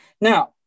Now